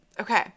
Okay